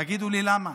תגידו לי, למה?